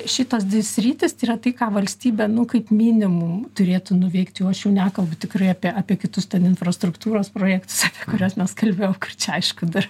šitos dvi sritys tai yra tai ką valstybė nu kaip minimum turėtų nuveikt jau aš jau nekalbu tikrai apie apie kitus ten infrastruktūros projektus apie kuriuos mes kalbėjom kur čia aišku dar